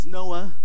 Noah